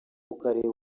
tukareba